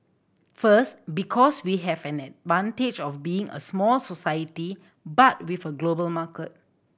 first because we have an advantage of being a small society but with a global market